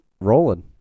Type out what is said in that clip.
rolling